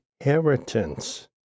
inheritance